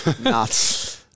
nuts